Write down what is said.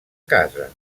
casa